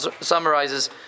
summarizes